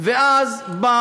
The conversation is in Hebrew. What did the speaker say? ואז הוא בא